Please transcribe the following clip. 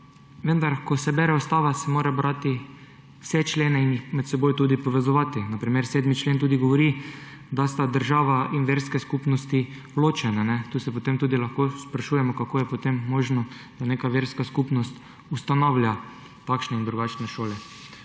Vendar, ko se bere ustavo, se mora brati vse člene in jih med seboj tudi povezovati. Na primer, 7. člen tudi govori, da so država in verske skupnosti ločene. Tukaj se potem tudi lahko sprašujemo, kako je potem možno, da neka verska skupnost ustanavlja takšne in drugačne šole.